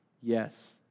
Yes